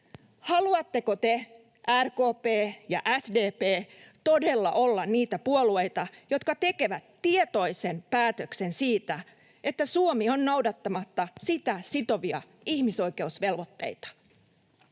Haluatteko te, RKP ja SDP, todella olla niitä puolueita, jotka tekevät tietoisen päätöksen, että Suomi on noudattamatta sitä sitovia ihmisoikeusvelvoitteita?